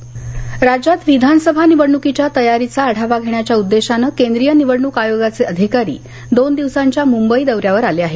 निवडणक आयोग राज्यात विधानसभा निवडणूकीच्या तयारीचा आढावा घेण्याच्या उद्देशांनं केंद्रिय निवडणूक आयोगाचे अधिकारी दोन दिवसांच्या मुंबई दौऱ्यावर आले आहेत